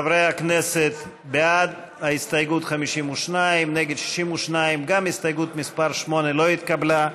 62. מס' 7 לא התקבלה.